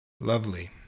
Lovely